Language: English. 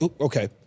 okay